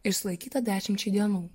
ir sulaikyta dešimčiai dienų